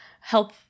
help